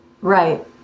Right